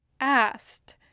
asked